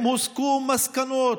אם הוסקו מסקנות,